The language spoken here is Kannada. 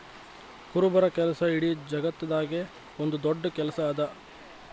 ಕುರುಬರ ಕೆಲಸ ಇಡೀ ಜಗತ್ತದಾಗೆ ಒಂದ್ ದೊಡ್ಡ ಕೆಲಸಾ ಅದಾ